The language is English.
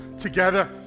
together